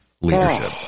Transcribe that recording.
leadership